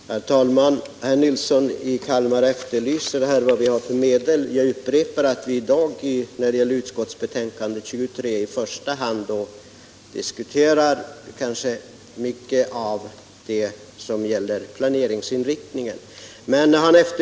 Herr talman! Herr Nilsson i Kalmar efterlyser vad vi har för medel. Jag upprepar att vi i dag när det gäller utskottsbetänkandet 23 i första hand diskuterar mycket av det som gäller planeringsinriktning.